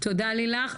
תודה לילך,